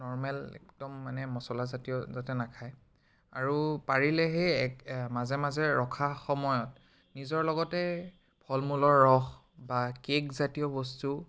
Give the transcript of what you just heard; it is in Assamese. নৰ্মেল একদম মানে মছলাজাতীয় যাতে নাখায় আৰু পাৰিলে সেই মাজে মাজে ৰখা সময়ত নিজৰ লগতে ফল মূলৰ ৰস বা কেকজাতীয় বস্তু